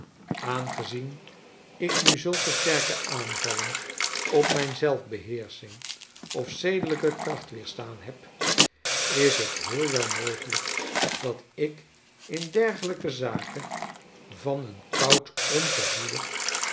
aangezien ik nu zulke sterke aanvallen op mijn zelfbeheersching of zedelijke kracht weerstaan heb is t heel wel mogeiijk dat ik in dergelijke zaken van een koud